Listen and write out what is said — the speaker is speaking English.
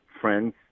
friends